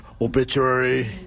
Obituary